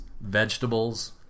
vegetables